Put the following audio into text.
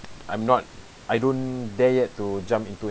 I'm not I don't dare to jump into it